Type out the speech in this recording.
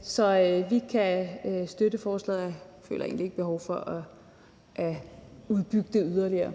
Så vi kan støtte forslaget, og jeg føler egentlig ikke behov for at udbygge det yderligere.